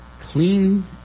Clean